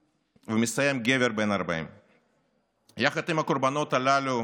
ומסתיימת בגבר בן 40. יחד עם הקורבנות הללו